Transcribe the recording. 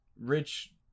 rich